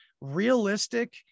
realistic